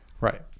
Right